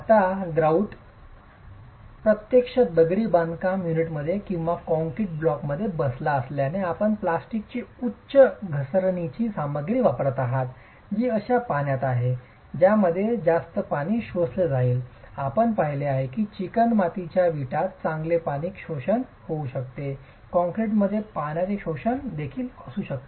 आता ग्रॉउट प्रत्यक्ष दगडी बांधकाम युनिटमध्ये किंवा कॉंक्रिट ब्लॉकमध्ये बसला असल्याने आपण प्लास्टिकची उच्च घसरणीची सामग्री वापरत आहात जी अशा पाण्यात जात आहे ज्यामध्ये जास्त पाणी शोषले जाईल आपण पाहिले आहे की चिकणमातीच्या वीटात चांगले पाणी शोषण होऊ शकते कॉंक्रिटमध्ये पाण्याचे शोषण देखील असू शकते